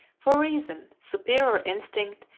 for reason, superior instinct,